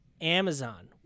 Amazon